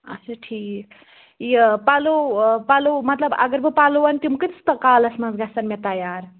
اَچھا ٹھیٖک یہِ پَلو پَلو مطلب اگر بہٕ پَلو اَنہٕ تِم کۭتس کالَس منٛز گژھن مےٚ تیار